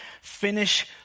Finish